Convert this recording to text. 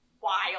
Wild